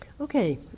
Okay